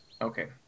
Okay